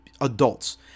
adults